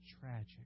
tragic